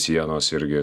sienos irgi